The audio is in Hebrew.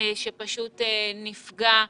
שפשוט נפגע,